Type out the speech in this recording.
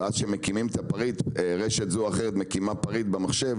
ובזמן שרשת זו או אחרת מקימה פריט במחשב